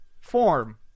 form